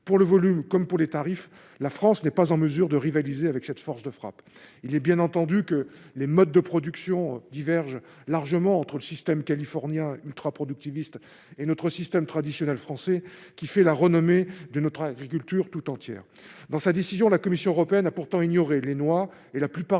pour le volume comme pour les tarifs, la France n'est pas en mesure de rivaliser avec cette force de frappe, il est bien entendu que les modes de production diverge largement entre le système californien ultra-productiviste et notre système traditionnel français qui fait la renommée de notre agriculture toute entière dans sa décision, la Commission européenne a pourtant ignoré les noix et la plupart